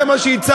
זה מה שהצגת.